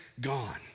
gone